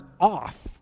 off